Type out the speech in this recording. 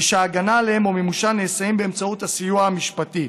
ושהגנה עליהן או מימושן נעשים באמצעות הסיוע המשפטי: